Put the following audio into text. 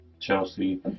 Chelsea